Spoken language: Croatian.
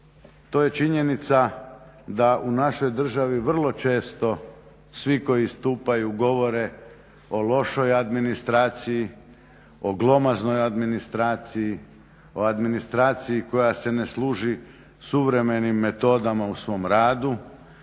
to je činjenica da u našoj državi vrlo često svi koji stupaju govore o lošoj administraciji, o glomaznoj administraciji, o administraciji koja se ne služi suvremenim metodama u svom radu.